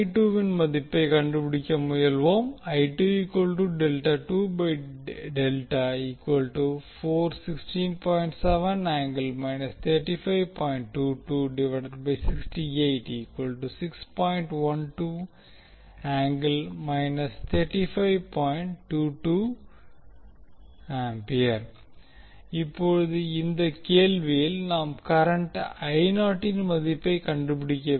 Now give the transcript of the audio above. win மதிப்பை கண்டுபிடிக்க முயல்வோம் இப்போது இந்த கேள்வியில் நாம் கரண்ட் இன் மதிப்பை கண்டுபிடிக்க வேண்டும்